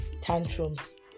tantrums